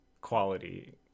quality